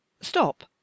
Stop